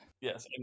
Yes